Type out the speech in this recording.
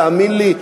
תאמין לי,